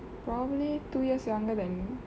probably two years younger than